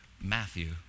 Matthew